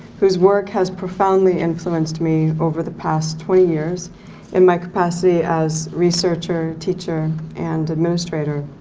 whose work has profoundly influenced me over the past twenty years in my capacity as researcher, teacher, and administrator.